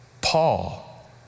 Paul